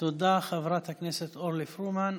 תודה, חברת הכנסת אורלי פרומן.